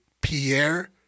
pierre